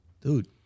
dude